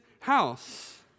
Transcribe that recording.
house